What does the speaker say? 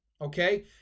Okay